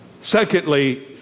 Secondly